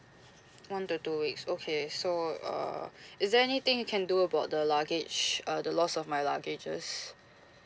one to two weeks okay so uh is there anything you can do about the luggage uh the loss of my luggages